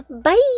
Bye